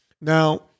Now